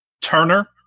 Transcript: Turner